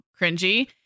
cringy